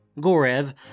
Gorev